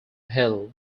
hell